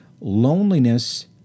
Loneliness